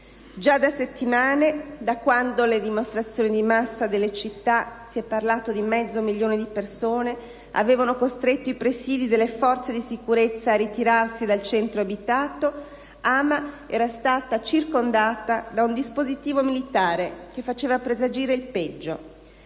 Già da settimane, da quando le dimostrazioni di massa in città (si è parlato di mezzo milione di persone) avevano costretto i presidi delle forze di sicurezza a ritirarsi dal centro abitato, Hama era stata circondata da un dispositivo militare che faceva presagire il peggio.